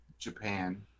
Japan